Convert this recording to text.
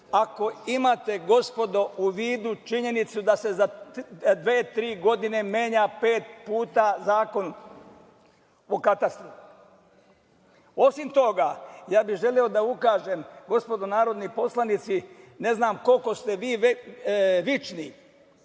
ako imate, gospodo, u vidu činjenicu da se za dve, tri godine menja pet puta Zakon o katastru? Osim toga, želeo bih da ukažem, gospodo narodni poslanici, ne znam koliko ste vi vični